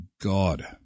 God